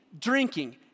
drinking